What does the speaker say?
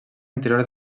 interior